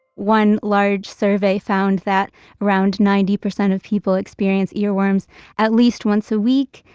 one large survey found that around ninety percent of people experience earworms at least once a week,